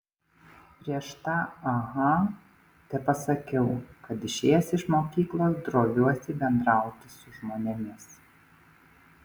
prieš tą aha tepasakiau kad išėjęs iš mokyklos droviuosi bendrauti su žmonėmis